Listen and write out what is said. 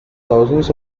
thousands